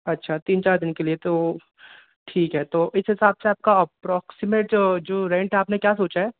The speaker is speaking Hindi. अच्छा तीन चार दिन के लिए तो ठीक है तो इस हिसाब से अपका एप्रोक्सिमेट रेंट आपने क्या सोचा है